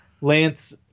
Lance